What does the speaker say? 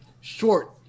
short